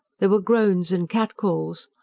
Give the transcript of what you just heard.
there were groans and cat-calls.